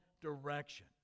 direction